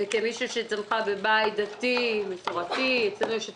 כמישהי שצמחה בבית דתי מסורתי אצלנו יש הכול,